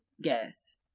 guess